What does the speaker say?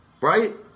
Right